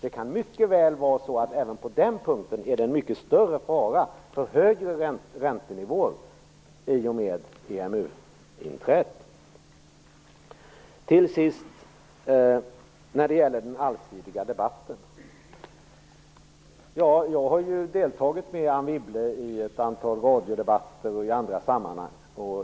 Det kan mycket väl vara så att det kan vara en mycket större fara för högre räntenivåer i och med ett Till sist: När det gäller den allsidiga debatten har jag tillsammans med Anne Wibble deltagit i ett antal radiodebatter och i andra sammanhang.